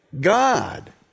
God